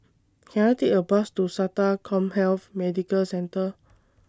Can I Take A Bus to Sata Commhealth Medical Centre